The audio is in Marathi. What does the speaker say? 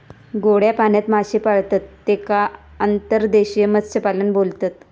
गोड्या पाण्यात मासे पाळतत तेका अंतर्देशीय मत्स्यपालन बोलतत